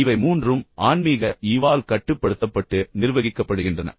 ஆனால் இவை மூன்றும் உண்மையில் ஆன்மீக ஈவால் கட்டுப்படுத்தப்பட்டு நிர்வகிக்கப்படுகின்றன